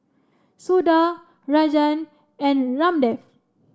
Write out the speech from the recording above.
Suda Rajan and Ramdev